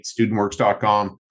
studentworks.com